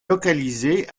localisée